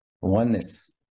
Oneness